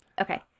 Okay